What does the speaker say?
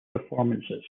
performances